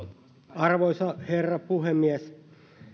arvoisa herra puhemies